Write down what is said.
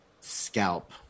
scalp